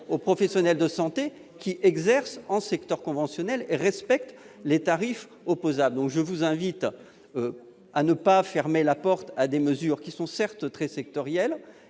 aux professionnels de santé qui exercent en secteur conventionnel et respectent les tarifs opposables. Je vous invite à ne pas fermer la porte à des mesures qui sont certes très sectorielles